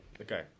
okay